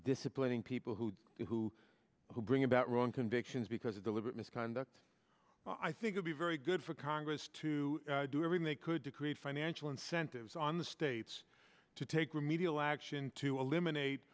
disciplining people who who who bring about wrong convictions because of deliberate misconduct i think would be very good for congress to do everything they could to create financial incentives on the states to take remedial action to eliminate